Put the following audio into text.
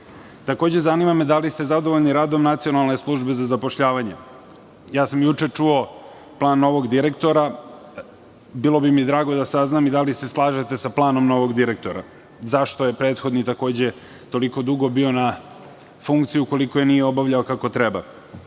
Takođe, zanima me da li ste zadovoljni radom Nacionalne službe za zapošljavanje. Juče sam čuo plan novog direktora. Bilo bi mi drago da saznam i da li se slažete sa planom novog direktora i zašto je prethodni toliko dugo bio na funkciji ukoliko je nije obavljao kako treba.